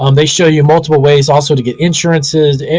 um they show you multiple ways also to get insurances,